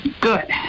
Good